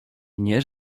nie